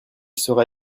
sera